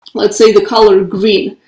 let's say the color green.